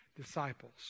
disciples